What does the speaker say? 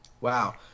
Wow